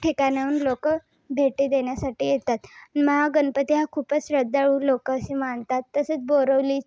ठिकाण्याहून लोकं भेटी देण्यासाठी येतात महागणपती हा खूपच श्रद्धाळू लोक असे मानतात तसेच बोरवली